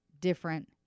different